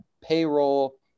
payroll